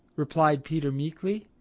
replied peter meekly.